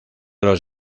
los